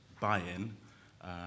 buy-in